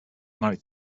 married